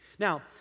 Now